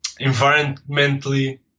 environmentally